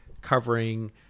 covering